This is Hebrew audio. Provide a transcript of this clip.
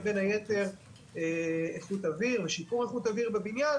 ובין היתר איכות אוויר ושיפור איכות האוויר בבניין.